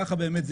כך זה נראה.